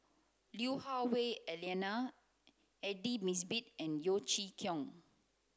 Lui Hah Wah Elena Aidli Mosbit and Yeo Chee Kiong